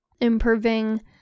improving